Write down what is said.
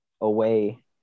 away